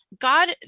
God